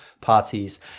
parties